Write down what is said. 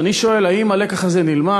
אז אני שואל: האם הלקח הזה נלמד?